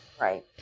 Right